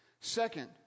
Second